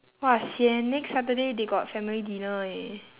!wah! sian next saturday they got family dinner eh